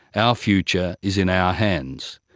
our future is in our hands.